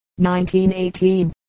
1918